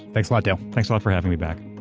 thanks a lot dale. thanks a lot for having me back.